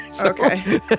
okay